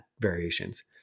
variations